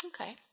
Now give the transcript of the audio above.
Okay